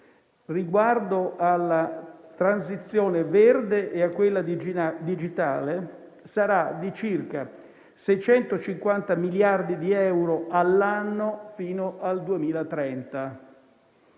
riguardo alla transizione verde e a quella digitale sarà di circa 650 miliardi di euro all'anno fino al 2030;